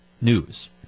news